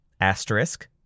asterisk